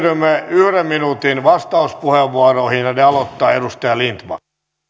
yhden minuutin vastauspuheenvuoroihin ja ne aloittaa edustaja lindtman